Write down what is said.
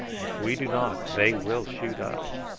if we do not, they will shoot us.